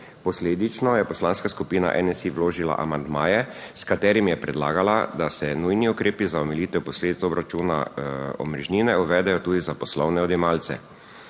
Posledično je Poslanska skupina NSi vložila amandmaje, s katerimi je predlagala, da se nujni ukrepi za omilitev posledic obračuna omrežnine uvedejo tudi za poslovne odjemalce.